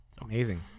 Amazing